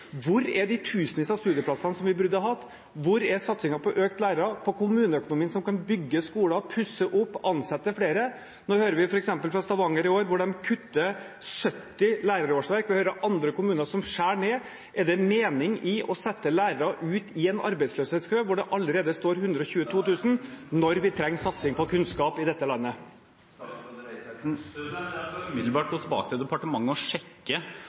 Hvor er de tusenvis av studieplassene vi burde hatt? Hvor er den økte satsingen på lærere, på kommuneøkonomien som kunne bygge skoler, pusse opp og ansette flere? Nå hører vi f.eks. fra Stavanger i år hvor de kutter 70 lærerårsverk. Vi hører om andre kommuner som skjærer ned. Er det mening i å sende lærere ut i en arbeidsløshetskø hvor det allerede står 120 000, når vi trenger satsing på kunnskap i dette landet? Jeg skal umiddelbart gå tilbake til departementet og sjekke